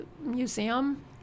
museum